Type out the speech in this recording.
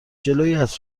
جلویت